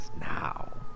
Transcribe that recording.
now